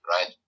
right